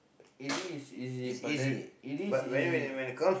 it is easy but then it is easy